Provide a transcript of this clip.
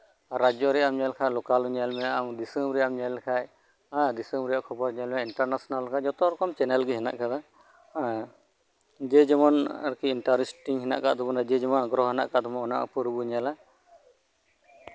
ᱨᱟᱡᱽᱡᱚ ᱨᱮᱭᱟᱜ ᱮᱢ ᱧᱮᱞ ᱠᱷᱟᱱ ᱞᱳᱠᱟᱞ ᱧᱮᱞ ᱢᱮ ᱟᱢ ᱫᱤᱥᱚᱢ ᱨᱮᱭᱟᱜ ᱮᱢ ᱧᱮᱞ ᱠᱷᱟᱱ ᱫᱤᱥᱚᱢ ᱨᱮᱭᱟᱜ ᱠᱷᱚᱵᱚᱨ ᱧᱮᱞ ᱢᱮ ᱤᱱᱴᱟᱨᱱᱮᱥᱱᱮᱞ ᱡᱷᱚᱛᱚ ᱨᱚᱠᱚᱢ ᱪᱮᱱᱮᱞ ᱜᱮ ᱦᱮᱱᱟᱜ ᱟᱠᱟᱫᱟ ᱮᱸᱫ ᱡᱮ ᱡᱮᱢᱚᱱ ᱟᱨᱠᱤ ᱤᱱᱴᱟᱨᱮᱥᱴᱤᱝ ᱡᱮ ᱡᱮᱢᱚᱱ ᱟᱜᱽᱜᱨᱚᱦᱚ ᱦᱮᱱᱟᱜ ᱟᱠᱟᱫ ᱛᱟᱵᱚᱱᱟ ᱚᱱᱟ ᱩᱯᱚᱨ ᱨᱮᱵᱚᱱ ᱧᱮᱞᱟ